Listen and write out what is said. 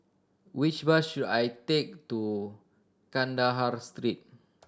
which bus should I take to Kandahar Street